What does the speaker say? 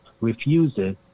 refuses